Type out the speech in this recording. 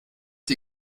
die